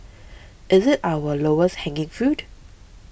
is it our lowest hanging fruit